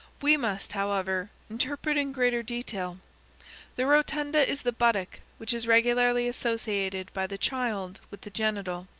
we must, however, interpret in greater detail the rotunda is the buttock which is regularly associated by the child with the genital,